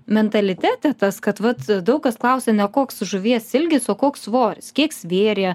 mentalitete tas kad vat daug kas klausia ne koks žuvies ilgis o koks svoris kiek svėrė